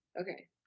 Okay